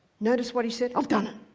notice what he said, i've done it.